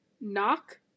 Knock